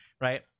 right